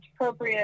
appropriate